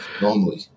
normally